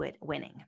winning